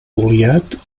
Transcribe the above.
goliat